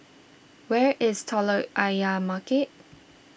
where is Telok Ayer Market